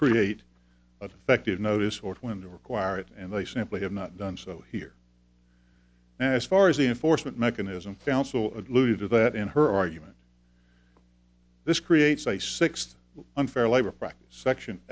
create a defective notice or window require it and they simply have not done so here as far as the enforcement mechanism found so lou that in her argument this creates a sixth unfair labor practice section